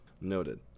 Noted